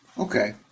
Okay